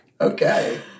Okay